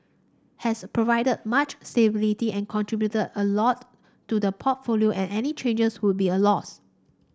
has provided much stability and contributed a lot to the portfolio and any changes would be a loss